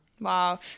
Wow